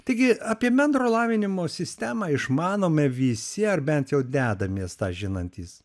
taigi apie bendro lavinimo sistemą išmanome visi ar bent jau dedamės tą žinantys